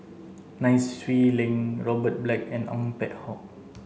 Nai Swee Leng Robert Black and Ong Peng Hock